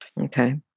Okay